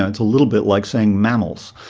ah it's a little bit like saying mammals.